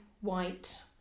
white